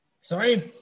Sorry